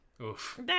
Oof